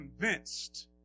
convinced